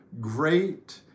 great